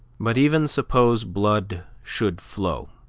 but even suppose blood should flow.